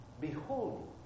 Behold